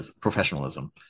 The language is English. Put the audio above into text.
professionalism